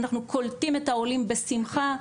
אנחנו קולטים את העולים בשמחה,